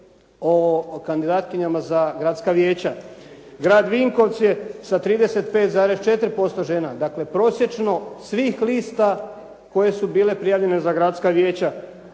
o kandidatkinjama za gradska vijeća. Grad Vinkovci sa 35,4% žena, dakle prosječno svih lista koje su bile prijavljene za gradska vijeća.